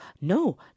No